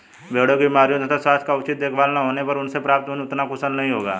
भेड़ों की बीमारियों तथा स्वास्थ्य का उचित देखभाल न होने पर उनसे प्राप्त ऊन उतना कुशल नहीं होगा